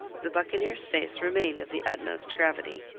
the buccaneer's face remained of the utmost gravity.